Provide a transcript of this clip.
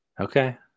Okay